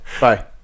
Bye